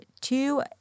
two